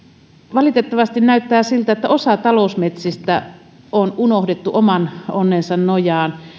valitettavasti näyttää siltä että osa talousmetsistä on unohdettu oman onnensa nojaan